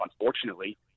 unfortunately